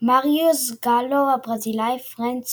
מאריו זגאלו הברזילאי, פרנץ